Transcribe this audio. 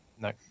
No